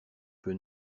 peu